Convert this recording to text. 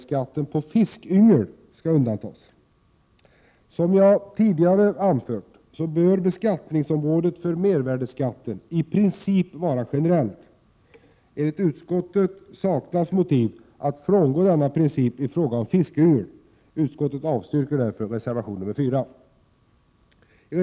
Som jag tidigare anfört bör beskattningsområdet för mervärdeskatten i princip vara generellt. Enligt utskottet saknas motiv att frångå denna princip i fråga om fiskyngel. Utskottet avstyrker därför reservation nr 4.